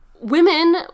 women